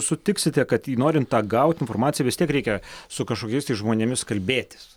sutiksite kad norint tą gaut informaciją vis tiek reikia su kažkokiais tai žmonėmis kalbėtis